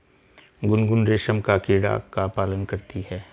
गुनगुन रेशम का कीड़ा का पालन करती है